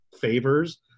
favors